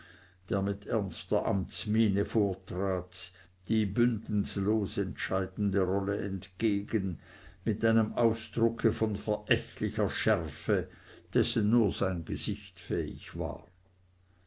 der mit ernster amtsmiene vortrat die bündens los entscheidende rolle entgegen mit einem ausdrucke von verächtlicher schärfe dessen nur sein gesicht fähig war